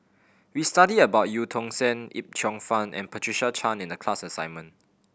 we studied about Eu Tong Sen Yip Cheong Fun and Patricia Chan in the class assignment